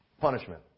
Punishment